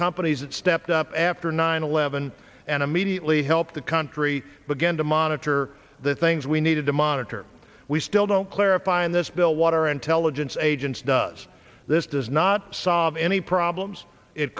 companies that stepped up after nine eleven and immediately helped the country begin to monitor the things we needed to monitor we still don't clarify in this bill water intelligence agents does this does not solve any problems it